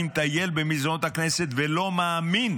אני מטייל במסדרונות הכנסת ולא מאמין